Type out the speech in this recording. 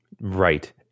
Right